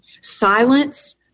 silence